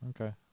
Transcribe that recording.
Okay